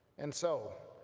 and so,